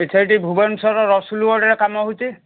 ସେ ସେଇଠି ଭୁବନେଶ୍ୱର ରସୁଲଗଡ଼ରେ କାମ ହଉଛି